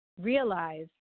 realize